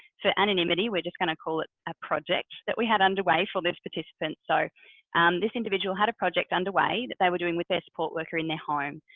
for anonymity, we're just gonna call it a project that we had underway for this participant. so this individual had a project underway that they were doing with their support worker in their home.